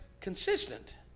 consistent